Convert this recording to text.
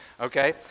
Okay